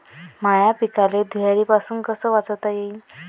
माह्या पिकाले धुयारीपासुन कस वाचवता येईन?